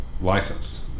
licensed